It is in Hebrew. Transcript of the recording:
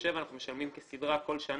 מ-64 ל-67 אנחנו משלמים כסדרו כל שנה,